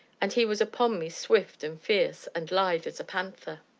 and he was upon me swift, and fierce, and lithe as a panther.